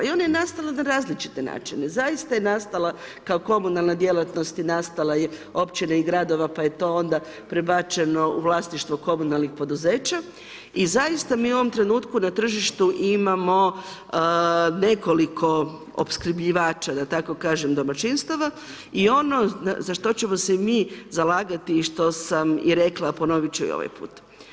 I ona je nastala na različite načine, zaista je nastala kao komunalna djelatnost i nastala je općine i gradova pa je to onda prebačeno u vlasništvo komunalnih poduzeća i zaista mi u ovom trenutku na tržištu imamo nekoliko opskrbljivača da tako kažem domaćinstava i ono za što ćemo se mi zalagati i što sam rekla, ponovit ću i ovaj put.